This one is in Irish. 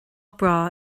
breá